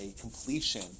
completion